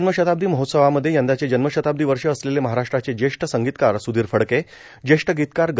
जन्मशताब्दी महोत्सवामध्ये यंदाचे जन्मशताब्दी वर्ष असलेले महाराष्ट्राचे जेष्ठ संगीतकार सुधीर फडके जेष्ठ गीतकार ग